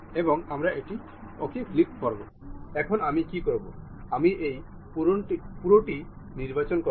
এবং আমরা ঠিক আছে ক্লিক করব